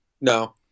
No